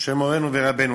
של מורנו ורבנו.